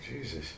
Jesus